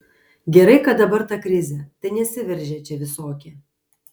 gerai kad dabar ta krizė tai nesiveržia čia visokie